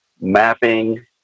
mapping